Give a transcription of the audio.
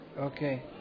Okay